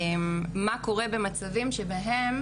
מה קורה במצבים שבהם